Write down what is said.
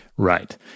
Right